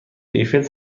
ایفل